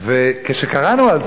וגם אחריה.